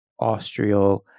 Austrial